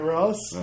Ross